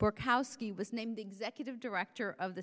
work house key was named executive director of the